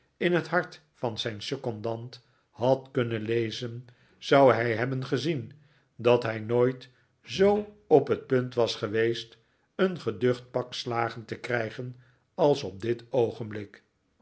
in net hart van zijn secondant had kunnen lezen zou hij hebben gezien dat hij nooit zoo op het punt was geweest een geducht pak slagen te krijgen als op dit oogenblik